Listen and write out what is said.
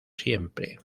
siempre